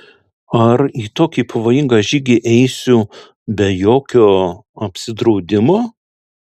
ar į tokį pavojingą žygį eisiu be jokio apsidraudimo